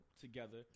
together